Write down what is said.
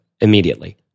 immediately